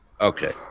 Okay